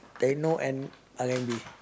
techno and r-and-b